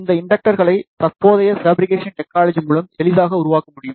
இந்த இண்டக்டர்ஸ்களை தற்போதைய ஃபபிரிகேஷன் டெக்னீக்நொலஜி மூலம் எளிதாக உருவாக்க முடியும்